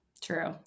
True